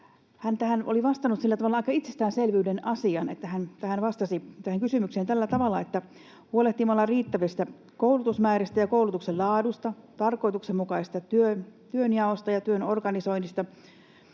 sillä tavalla aika itsestäänselvän asian. Hän vastasi tähän kysymykseen tällä tavalla: ”Huolehtimalla riittävistä koulutusmääristä ja koulutuksen laadusta, tarkoituksenmukaisesta työnjaosta ja työn organisoinnista,